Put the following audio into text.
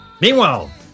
Meanwhile